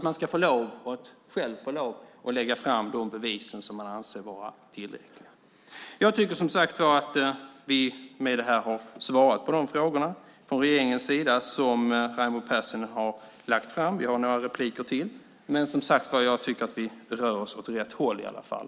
Man ska få lov att själv lägga fram de bevis som man anser vara tillräckliga. Jag tycker att vi från regeringens sida med detta har svarat på de frågor som Raimo Pärssinen har ställt. Jag tycker i varje fall att vi rör oss åt rätt håll.